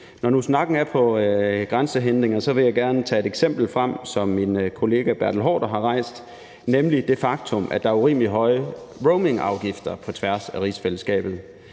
Når nu snakken er på grænsehindringer, vil jeg gerne tage et eksempel frem, som min kollega hr. Bertel Haarder har nævnt, nemlig det faktum, at der er urimelig høje roamingafgifter på tværs af rigsfællesskabet.